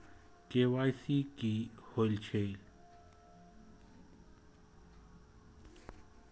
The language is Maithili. के.वाई.सी कि होई छल?